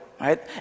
right